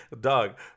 Dog